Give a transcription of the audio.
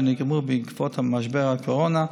שנגרמו בעקבות משבר הקורונה,